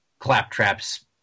Claptraps